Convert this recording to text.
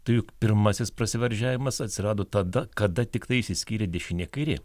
tai juk pirmasis prasivardžiavimas atsirado tada kada tiktai išsiskyrė dešinė kairė